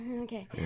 okay